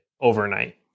overnight